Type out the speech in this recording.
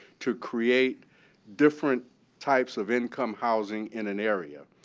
to create different types of income housing in an area.